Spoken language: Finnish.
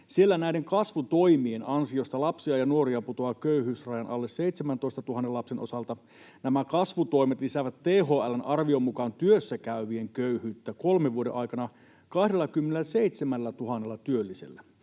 Siellä näiden kasvutoimien ansiosta lapsia ja nuoria putoaa köyhyysrajan alle 17 000:n lapsen osalta. Nämä kasvutoimet lisäävät THL:n arvion mukaan työssäkäyvien köyhyyttä kolmen vuoden aikana 27 000 työllisellä.